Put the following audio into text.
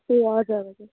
ए हजुर हजुर